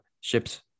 Ships